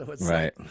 Right